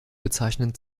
bezeichnen